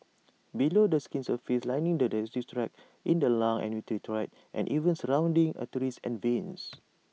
below the skin's surface lining the digestive tract in the lungs and urinary tract and even surrounding arteries and veins